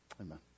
Amen